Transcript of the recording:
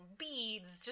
beads